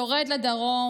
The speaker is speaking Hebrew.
// יורד לדרום,